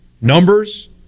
numbers